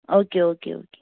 okay okay okay